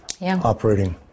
operating